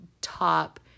top